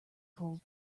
cold